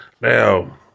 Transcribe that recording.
Now